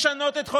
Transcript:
לשנות את הסמלים,